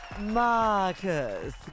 Marcus